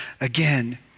again